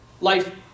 life